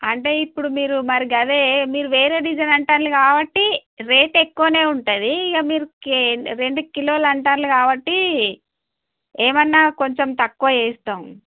అంటే ఇప్పుడు మీరు మరి అదే మీరు వేరే డిజైన్ అంటున్నారు కాబట్టి రేట్ ఎక్కువనే ఉంటుంది ఇంకా మీరు రెండు కిలోలు అంటున్నారు కాబట్టి ఏమన్నా కొంచెం తక్కువ చేస్తాం